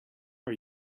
are